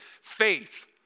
Faith